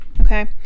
okay